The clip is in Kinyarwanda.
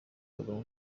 ikagwa